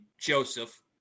Joseph